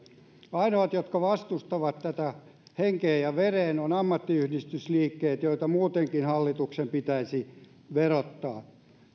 ainoat jotka vastustavat tätä henkeen ja vereen ovat ammattiyhdistysliikkeet joita muutenkin hallituksen pitäisi verottaa